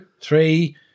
Three